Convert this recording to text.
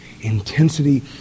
intensity